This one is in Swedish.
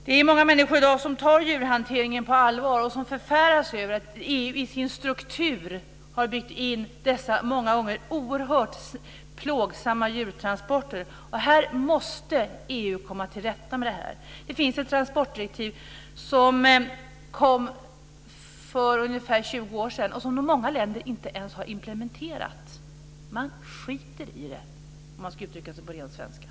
Det är många människor som i dag tar djurhanteringen på allvar och som förfäras över att EU i sin struktur har byggt in dessa många gånger oerhört plågsamma djurtransporter. Detta måste EU komma till rätta med. Det finns ett transportdirektiv som kom för ungefär 20 år sedan och som många länder inte ens har implementerat. De skiter i det, om jag ska uttrycka mig på ren svenska. De bryr sig inte.